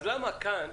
למה כאן,